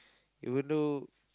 even though